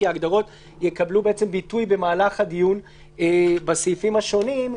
כי ההגדרות יקבלו ביטוי במהלך הדיון בסעיפים השונים,